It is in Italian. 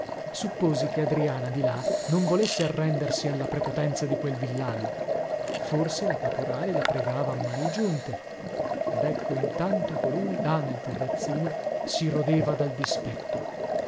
supposi che adriana di là non volesse arrendersi alla prepotenza di quel villano forse la caporale la pregava a mani giunte ed ecco intanto colui là nel terrazzino si rodeva dal dispetto